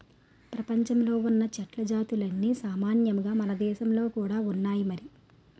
ప్రపంచంలో ఉన్న చెట్ల జాతులన్నీ సామాన్యంగా మనదేశంలో కూడా ఉన్నాయి మరి